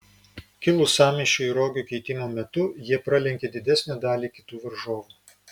kilus sąmyšiui rogių keitimo metu jie pralenkė didesnę dalį kitų varžovų